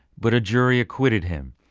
but a jury acquitted him.